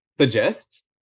suggests